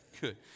good